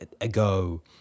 Ago